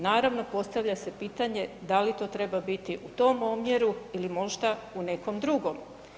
Naravno postavlja se pitanje da li to treba biti u tom omjeru ili možda u nekom drugom?